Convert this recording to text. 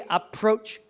approach